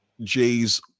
Jay's